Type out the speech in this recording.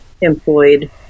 employed